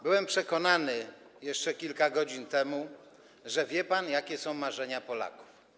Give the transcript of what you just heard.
Byłem przekonany jeszcze kilka godzin temu, że wie pan, jakie są marzenia Polaków.